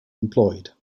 employed